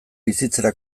bizitzera